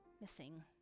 missing